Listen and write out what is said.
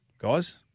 guys